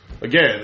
again